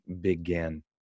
begin